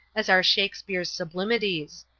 as are shakespeare's sublimities.